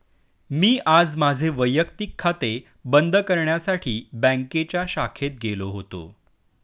मी आज माझे वैयक्तिक खाते बंद करण्यासाठी बँकेच्या शाखेत गेलो होतो